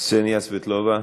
קסניה סבטלובה.